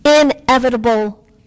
inevitable